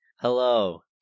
Hello